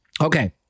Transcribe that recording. okay